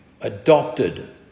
adopted